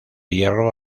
hierro